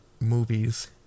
movies